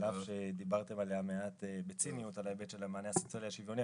על אף שדיברתם מעט בציניות על ההיבט של המענה הסוציאלי השוויוני,